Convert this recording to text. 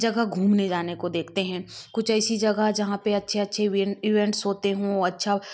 जगह घूमने जाने को देखते हैं कुछ ऐसी जगह जहाँ पे अच्छे अच्छे इवें इवेंट्स होते हों अच्छा